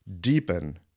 deepen